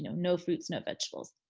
no no fruits, no vegetables.